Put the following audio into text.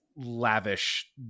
lavish